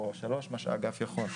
או אחת לשלוש שנים, מה שהאגף יכול.